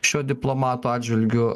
šio diplomato atžvilgiu